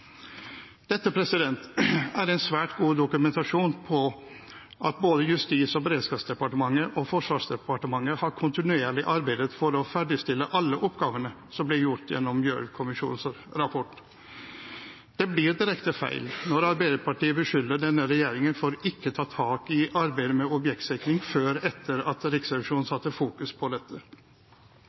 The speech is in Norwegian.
Dette er en svært god dokumentasjon på at både Justis- og beredskapsdepartementet og Forsvarsdepartementet har arbeidet kontinuerlig for å ferdigstille alle oppgavene som ble pekt på gjennom Gjørv-kommisjonens rapport. Det blir direkte feil når Arbeiderpartiet beskylder denne regjeringen for ikke å ha tatt tak i arbeidet med objektsikring før etter at Riksrevisjonen fokuserte på dette.